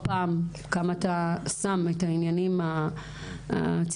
פעם כמה אתה שם את העניינים הציבוריים,